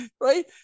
Right